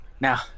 Now